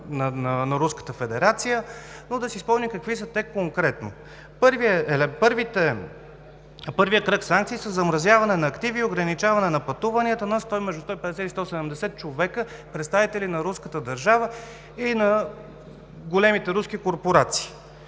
на Руската федерация, но да си спомним какви са те конкретно. Първият кръг санкции са: замразяване на активи, ограничаване на пътуванията на между 150 и 170 човека, представители на руската държава и на големите руски корпорации,